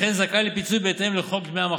ולכן זכאי לפיצוי בהתאם לחוק דמי המחלה.